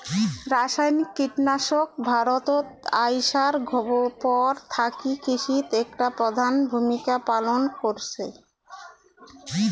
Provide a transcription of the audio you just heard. রাসায়নিক কীটনাশক ভারতত আইসার পর থাকি কৃষিত একটা প্রধান ভূমিকা পালন করসে